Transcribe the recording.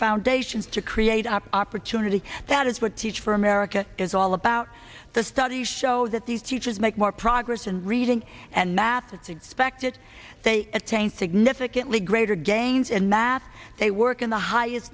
foundation to create opportunity that is what teach for america is all about the studies show that these teachers make more progress in reading and apathy expected they attain significantly greater gains in math they work in the highest